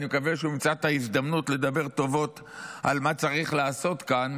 ואני מקווה שהוא ימצא את ההזדמנות לדבר טובות על מה צריך לעשות כאן,